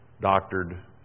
doctored